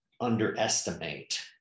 underestimate